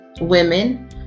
women